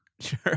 Sure